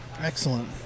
Excellent